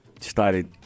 started